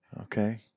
Okay